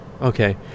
okay